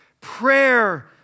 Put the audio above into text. prayer